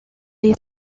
est